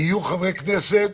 כי יהיו חברי כנסת